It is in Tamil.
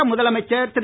தமிழக முதலமைச்சர் திரு